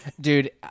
dude